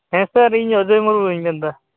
ᱦᱮᱸ ᱥᱟᱨ ᱤᱧ ᱚᱡᱚᱭ ᱢᱩᱨᱢᱩᱧ ᱢᱮᱱ ᱮᱫᱟ